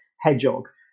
hedgehogs